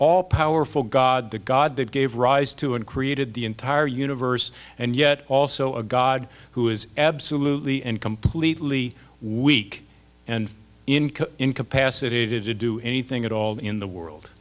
all powerful god the god that gave rise to and created the entire universe and yet also a god who is absolutely and completely weak and increase in capacity to do anything at all in the world